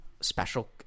special